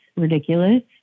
ridiculous